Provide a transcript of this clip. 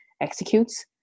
executes